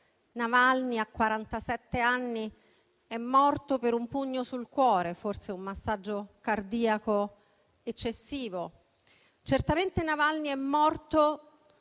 quarantasette anni è morto per un pugno sul cuore, forse un massaggio cardiaco eccessivo. Certamente, Navalny è morto